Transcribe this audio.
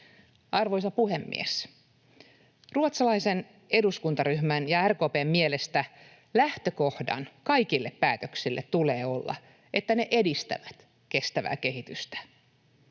Arvoisa puhemies! Ruotsalaisen eduskuntaryhmän ja RKP:n mielestä lähtökohdan kaikille päätöksille tulee olla se, että ne edistävät kestävää kehitystä.